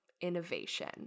innovation